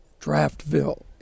Draftville